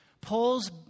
Paul's